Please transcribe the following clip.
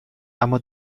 اما